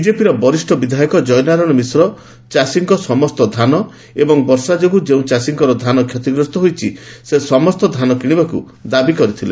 ବିଜେପିର ବରିଷ୍ଡ ବିଧାୟକ ଜୟ ନାରାୟଶ ମିଶ୍ର ଚାଷୀଙ୍କ ସମସ୍ତ ଧାନ ଏବଂ ବର୍ଷା ଯୋଗ୍ରଁ ଯେଉଁ ଚାଷୀଙ୍କ ଧାନ କ୍ଷତିଗ୍ରସ୍ତ ହୋଇଛି ସେସମସ୍ତ ଧାନ କିଶିବାକୁ ଦାବି କରିଥିଲେ